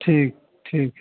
ठीक ठीक